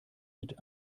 mit